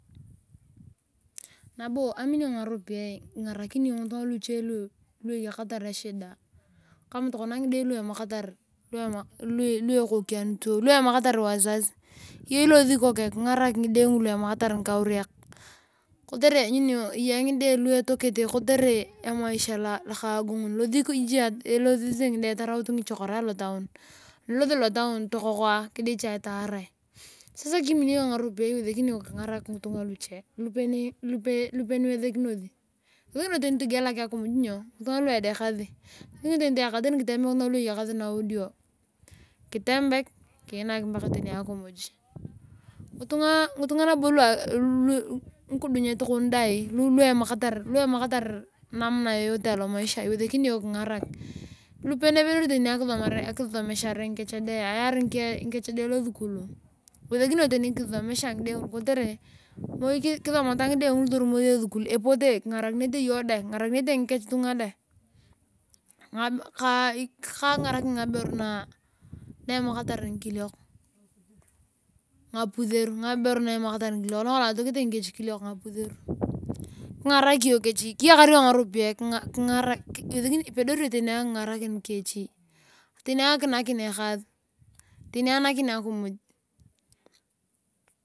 Nabo aminio ngaropiyae ingarakini iyong ngitunga lucho lu eyakatar echida kama tokona ngide luo ekokianuto lu emamakatar wasasi iyona ilosi kingarak ngide ngulu lu emakatar ngikauriak kotere lanyuni iyong emaisha lokagongon elose ngide taraut ngichokorae alotuun tokokaa kidichae taara sasa kiminio iyong ngaropiyae iwesekini iyong kengarak ngitunga luche iwesekini iyong tani togielak akimuy ngitunga lu edekasi iwesekiny iyong tani ketembek ngitunga lu eya nawordio kinak pikimuy ngitunga nabo lu ngikidunyet kon dae lu emamakatar namna yeyote alomaisha iwesekini iyong kingarak lupe nyepedorete tani ayaar ngikech dee losukulu kengarak iyong kotere moi kisomata ngide ngulu torumosi esukulu epote kingarakinete iyong dae ingarakinete ngikech tunga dae ka akinyarakin ngabe na emamakatar ngikiliove ngapuser kenyakar iyong ngaropiyae ipedori iyong akingarakin kechi tani alnakin ekaastani ainakin akimuy.